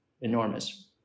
enormous